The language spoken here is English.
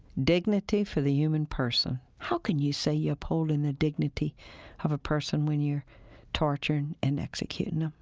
dignity for the human person. how can you say you're upholding the dignity of a person when you're torturing and executing them.